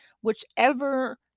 whichever